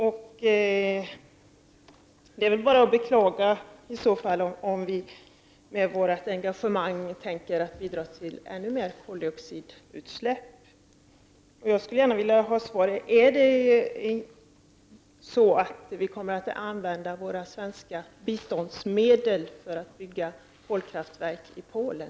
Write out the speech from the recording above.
Det är i så fall bara att beklaga att Sverige, med sitt engagemang, tänker bidra till ännu mer koldioxidutsläpp. Jag skulle gärna vilja ha svar på följande fråga: Kommer Sverige att använda sina biståndsmedel för att bygga kolkraftverk i Polen?